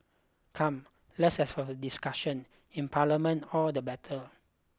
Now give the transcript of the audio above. come let's have for the discussion in Parliament all the better